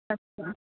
ਅੱਛਾ